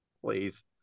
Please